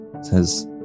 says